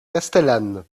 castellane